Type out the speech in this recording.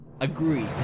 agree